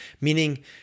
Meaning